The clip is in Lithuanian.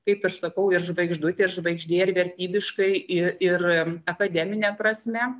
kaip ir sakau ir žvaigždutė ir žvaigždė ir vertybiškai i ir akademine prasme